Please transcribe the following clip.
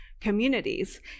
communities